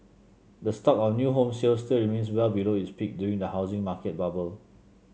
the stock of new home sales still remains well below its peak during the housing market bubble